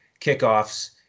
kickoffs